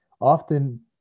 Often